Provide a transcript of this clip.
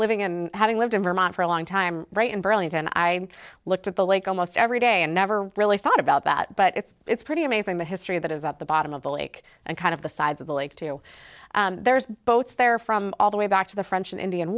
living and having lived in vermont for a long time right in burlington i looked at the lake almost every day and never really thought about that but it's pretty amazing the history that is at the bottom of the lake and kind of the sides of the lake to you there's boats there from all the way back to the french and indian